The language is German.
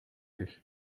ich